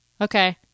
okay